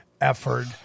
effort